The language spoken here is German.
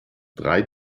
drei